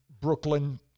Brooklyn